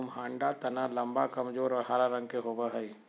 कुम्हाडा तना लम्बा, कमजोर और हरा रंग के होवो हइ